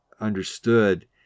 understood